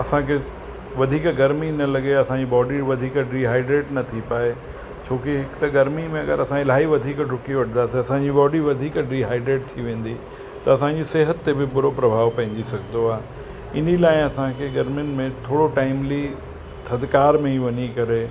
असांखे वधीक गर्मी न लॻे असांजी बॉडी वधीक डिहाइड्रैट न थी पाए छोकु हिक त गर्मी में अगरि असां इलाही वधीक डुकी वठदा त असांजी बॉडी वधीक डिहाइड्रैट थी वेंदी त असांजी सेहत ते बी बुरो प्रभाव पइजी सघंदो आहे इन लाइ असांखे गर्मियुनि में थोरो टाइमली थधिकार में ई वञी करे